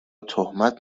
تهمت